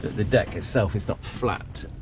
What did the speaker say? the deck itself is not flat,